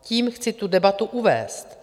Tím chci tu debatu uvést.